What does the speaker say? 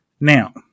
Now